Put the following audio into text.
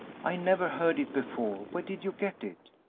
i never heard it before where did you get it?